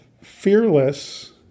fearless